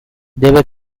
debe